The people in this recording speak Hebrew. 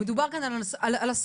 מדובר כאן על אסונות.